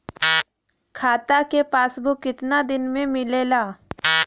खाता के पासबुक कितना दिन में मिलेला?